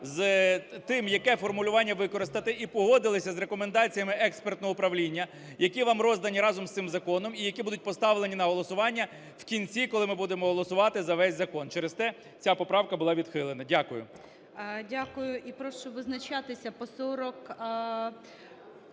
з тим, яке формулювання використати і погодилися з рекомендаціями експертного управління, які вам роздані разом з цим законом, і які будуть поставлені на голосування в кінці, коли ми будемо голосувати за весь закон. Через те ця поправка була відхилена. Дякую. ГОЛОВУЮЧИЙ. Дякую. І прошу визначатися по 50